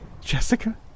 Jessica